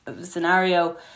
scenario